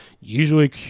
Usually